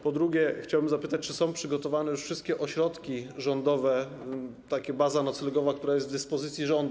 Po drugie, chciałbym zapytać, czy są przygotowane już wszystkie ośrodki rządowe, baza noclegowa, która jest w dyspozycji rządu.